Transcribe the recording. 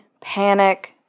panic